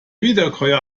wiederkäuer